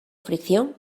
fricción